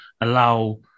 allow